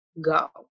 go